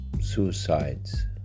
suicides